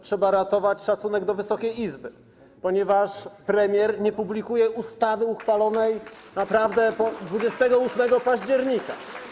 Trzeba ratować szacunek dla Wysokiej Izby, ponieważ premier nie publikuje ustawy uchwalonej naprawdę 28 października.